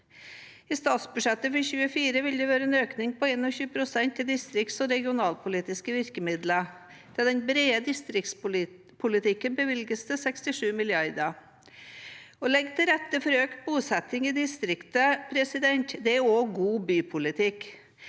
I statsbudsjettet for 2024 vil det være en økning på 21 pst. til distrikts- og regionalpolitiske virkemidler. Til den brede distriktspolitikken bevilges det 67 mrd. kr. Å legge til rette for økt bosetting i distriktet er også god bypolitikk.